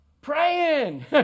Praying